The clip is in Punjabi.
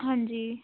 ਹਾਂਜੀ